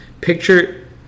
Picture